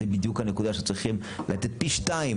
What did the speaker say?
זה בדיוק הנקודה שצריכים לתת פי שתיים